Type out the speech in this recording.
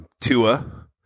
Tua